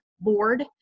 Board